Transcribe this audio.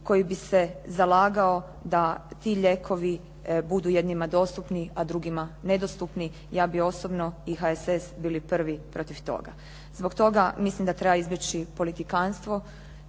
koji bi se zalagao da ti lijekovi budu jedinima dostupni a drugima nedostupni, ja bih osobno i HSS bili prvi protiv toga. Zbog toga, mislim da treba izbjeći politikanstvo,